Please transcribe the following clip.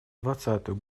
двадцатую